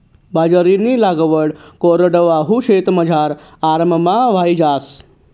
बाजरीनी लागवड कोरडवाहू शेतमझार आराममा व्हयी जास